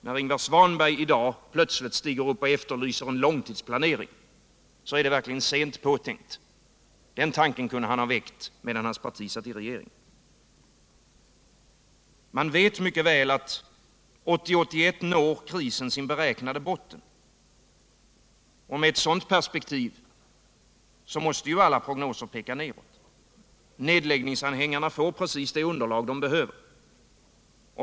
När Ingvar Svanberg i dag stiger upp och plötsligt efterlyser en långtidsplanering är det verkligen sent påtänkt. Den tanken kunde han ha väckt medan hans parti satt i regeringen. Man vet mycket väl att omkring 1981 når krisen sin beräknade botten. Med ett sådant perspektiv måste alla prognoser peka neråt. Nedläggningsanhängarna får precis det underlag de behöver.